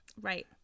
Right